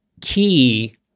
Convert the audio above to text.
key